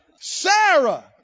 Sarah